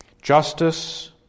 justice